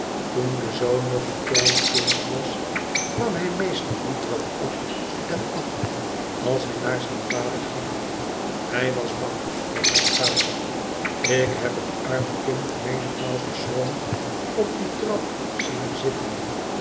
toen de zoon nog een klein kind was kwam hij meestal die trap op en af als hij naar zijn vader ging hij was bang voor zijn vader ik heb het arme kind menigmaal beschroomd op die trap zien zitten